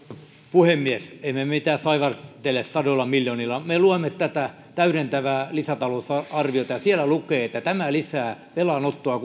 puhemies emme me mitään saivartele sadoilla miljoonilla me luemme tätä täydentävää lisätalousarviota ja siellä lukee että tämä lisää velanottoa